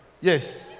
yes